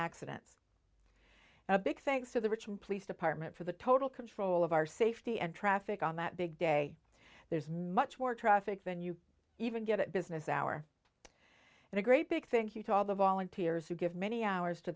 accidents a big thanks to the richmond police department for the total control of our safety and traffic on that big day there's much more traffic than you even get at business hour and a great big thank you to all the volunteers who give many hours to